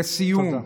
לסיום,